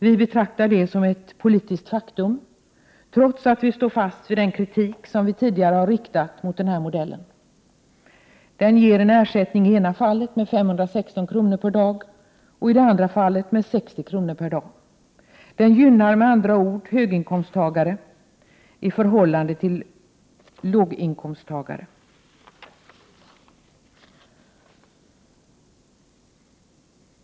Vi betraktar det som ett politiskt faktum, trots att vi står fast vid den kritik som vi tidigare har riktat mot den här modellen. Den ger en ersättning i ena fallet med 516 kr. per dag och i det andra fallet med 60 kr. per dag. Med andra ord gynnar den höginkomsttagare i förhållande till låginkomsttagare.